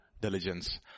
diligence